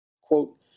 Quote